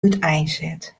úteinset